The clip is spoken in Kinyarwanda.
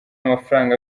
mafaranga